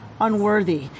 unworthy